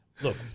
Look